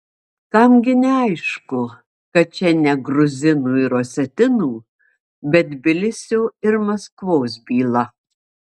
kam gi neaišku kad čia ne gruzinų ir osetinų bet tbilisio ir maskvos byla